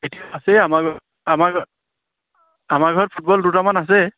আছেই আমাৰ আমাৰ আমাৰ ঘৰত ফুটবল দুটামান আছে